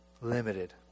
limited